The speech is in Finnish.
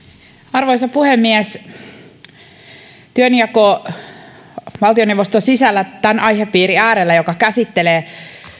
arvoisa puhemies työnjako valtioneuvoston sisällä tämän aihepiirin äärellä joka käsittelee